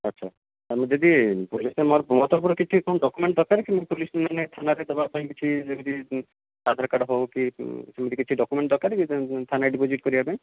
ଆଛା ତାହାଲେ ଦିଦି ପୋଲିସ ରେ ମୋର ତରଫରୁ କିଛି ଡକ୍ୟୁମେଣ୍ଟ ଦରକାର କି ପୋଲିସ ମାନେ ଥାନା ରେ ଦେବା ପାଇଁ କିଛି ଯେମିତି ଆଧାର କାର୍ଡ ହେଉ କି ସେମିତି କିଛି ଡକ୍ୟୁମେଣ୍ଟ ଦରକାର କି ଥାନାରେ ଡିପୋଜିଟ କରିବା ପାଇଁ